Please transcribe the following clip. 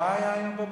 מה היה הבוקר?